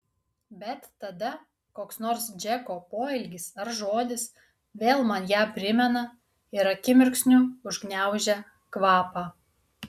bet tada koks nors džeko poelgis ar žodis vėl man ją primena ir akimirksniu užgniaužia kvapą